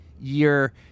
year